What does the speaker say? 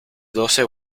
doce